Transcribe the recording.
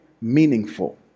meaningful